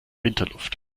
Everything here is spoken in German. winterluft